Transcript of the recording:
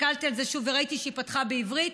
הסתכלתי על זה שוב וראיתי שהיא פתחה בעברית.